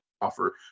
offer